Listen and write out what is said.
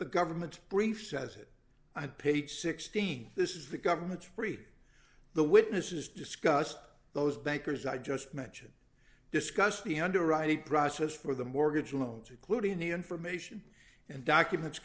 the government's brief says it i paid sixteen this is the government's read the witnesses discussed those bankers i just mention discuss the underwriting process for the mortgage loans occluding the information and documents